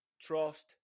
Trust